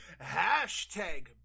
hashtag